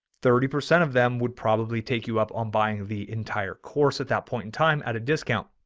thirty percent of them would probably take you up on buying the entire course at that point in time at a discount.